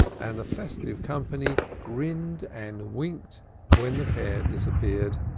and the festive company grinned and winked when the pair disappeared,